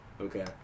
Okay